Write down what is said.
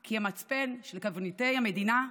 כי המצפן של קברניטי המדינה אבד.